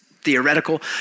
theoretical